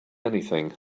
anything